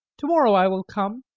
to-morrow i will come.